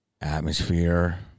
atmosphere